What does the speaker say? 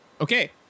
Okay